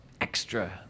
extra